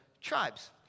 tribes